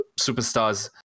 superstars